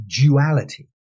duality